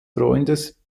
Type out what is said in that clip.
freundes